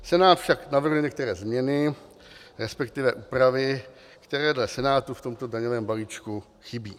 Senát však navrhl některé změny, resp. úpravy, které dle Senátu v tomto daňovém balíčku chybějí.